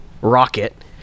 rocket